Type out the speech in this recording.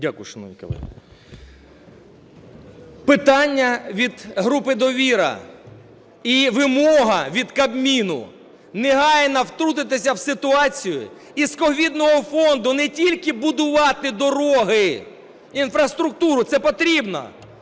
Дякую, шановні колеги. Питання від групи "Довіра" і вимога від Кабміну: негайно втрутитися в ситуацію, і з ковідного фонду не тільки будувати дороги, інфраструктуру - це потрібно,